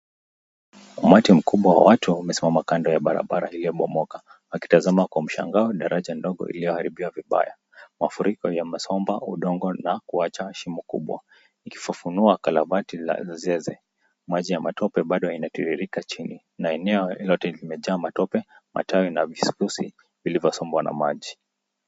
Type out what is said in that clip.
Umati mkubwa wa watu wamesimama kando ya barabara iliyobomoka, wakitazama kwa mshangao daraja ndogo iliyoharibiwa vibaya. Mafuriko yamesomba udongo na kuacha shimo kubwa, ikifufunua kalavati la zeze. Maji ya matope, bado yanatiririka chini, na eneo lote limejaa matope, matawi na visuzi vilivyosombwa na maji.